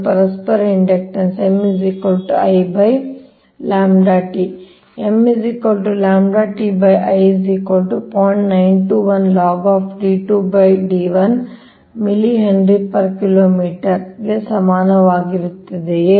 ಪರಸ್ಪರ inductance m I λT ಸಮವಾಗಿರುತ್ತದೆಯೇ